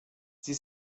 sie